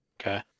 Okay